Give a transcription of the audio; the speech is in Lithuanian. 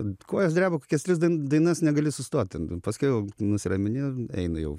kojos dreba kokias tris dainas negali sustot ten paskiau nusiramini eina jau